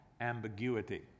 ambiguity